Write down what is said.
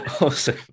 Awesome